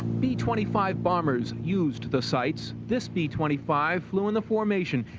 b twenty five bombers used the sights. this b twenty five flew in the formation.